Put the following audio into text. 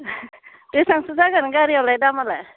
बेसांसो जागोन गारियावलाय दामालाय